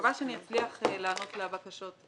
מקווה שאני אצליח להיענות לבקשות.